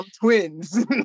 twins